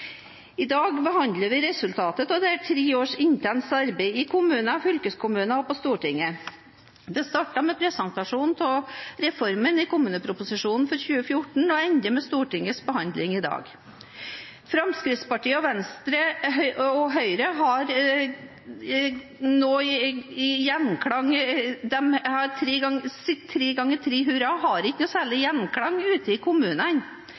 I dag behandler vi resultatet av tre års intenst arbeid i kommuner, fylkeskommuner og på Stortinget. Det startet med presentasjonen av reformen i kommuneproposisjonen for 2014 og ender med Stortingets behandling i dag. Tre ganger tre hurra for kommunereformen fra Høyre, Fremskrittspartiet og Venstre har ikke noe særlig gjenklang ute i kommunene.